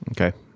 Okay